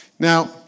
Now